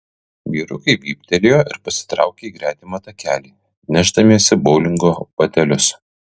vyrukai vyptelėjo ir pasitraukė į gretimą takelį nešdamiesi boulingo batelius